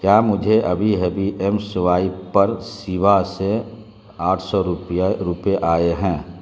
کیا مجھے ابھی ابھی ایم سوائپ پر شیوا سے آٹھ سو روپیہ روپے آئے ہیں